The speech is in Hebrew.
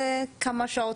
זה כמה שעות,